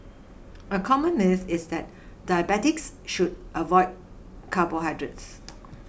a common myth is that diabetics should avoid carbohydrates